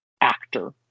actor